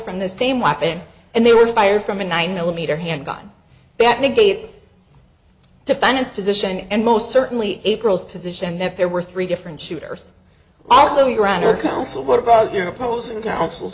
from the same weapon and they were fired from a nine millimeter handgun that negates defendant's position and most certainly april's position that there were three different shooters also your honor counsel what about your opposing counsel